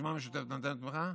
הרשימה המשותפת נותנת תמיכה?